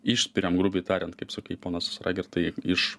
išspiriam grubiai tariant kaip sakai ponas raigardai iš